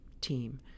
team